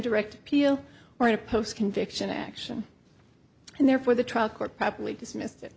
direct appeal or in a post conviction action and therefore the trial court probably dismissed